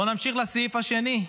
בוא נמשיך לסעיף השני,